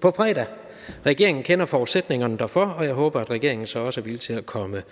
på fredag. Regeringen kender forudsætningerne derfor, og jeg håber, at regeringen så også er villige til at komme